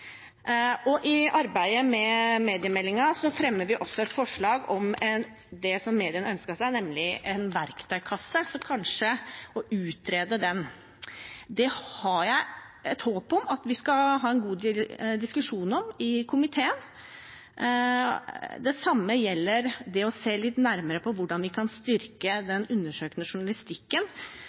stillinger. I arbeidet med mediemeldingen fremmer vi også et forslag om det som mediene ønsket seg, nemlig en verktøykasse – for kanskje å utrede dette. Det har jeg håp om at vi skal ha en god diskusjon om i komiteen – det samme når det gjelder det å se litt nærmere på hvordan vi kan styrke den undersøkende journalistikken.